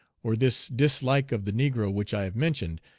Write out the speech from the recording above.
or this dislike of the negro which i have mentioned,